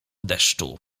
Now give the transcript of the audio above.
deszczu